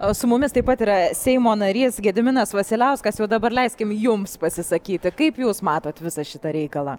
o su mumis taip pat yra seimo narys gediminas vasiliauskas jau dabar leiskim jums pasisakyti kaip jūs matote visą šitą reikalą